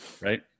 right